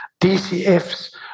DCFs